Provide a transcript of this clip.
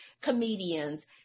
comedians